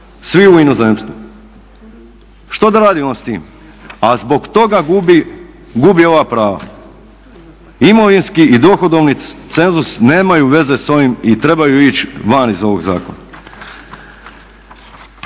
svi u inozemstvo? Što da radimo s tim? A zbog toga gubi ova prava. Imovinski i dohodovni cenzus nemaju veze sa ovim i trebaju ići van iz ovog zakona.